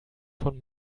von